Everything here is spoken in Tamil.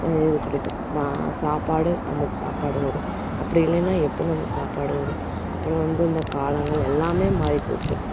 பயிறு கிடைக்கும் மா சாப்பாடு நம்மளுக்கு சாப்பாடு வரும் அப்படி இல்லைன்னா எப்படி நமக்கு சாப்பாடு வரும் அப்பறம் வந்து அந்த காலங்கள் எல்லாம் மாறிப்போய்ச்சி